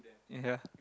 ya